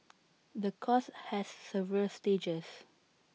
the course has several stages